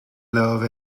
love